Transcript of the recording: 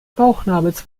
bauchnabels